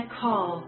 call